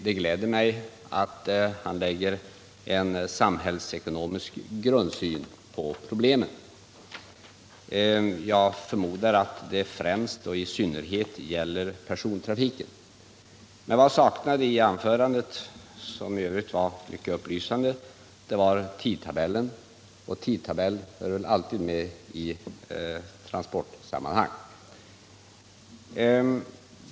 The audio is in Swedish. Det gläder mig att han har en samhällsekonomisk grundsyn på problemen; jag förmodar att det i synnerhet gäller persontrafiken. Vad jag saknade i anförandet, som i övrigt var mycket upplysande, var tidtabellen — en tidtabell hör väl alltid med i transportsammanhang.